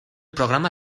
programa